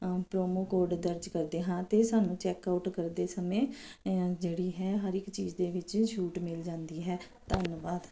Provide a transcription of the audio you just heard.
promo code ਦਰਜ ਕਰਦੇ ਹਾਂ ਤਾਂ ਸਾਨੂੰ ਚੈੱਕਆਊਟ ਕਰਦੇ ਸਮੇਂ ਜਿਹੜੀ ਹੈ ਹਰ ਇੱਕ ਚੀਜ਼ ਦੇ ਵਿੱਚ ਛੂਟ ਮਿਲ ਜਾਂਦੀ ਹੈ ਧੰਨਵਾਦ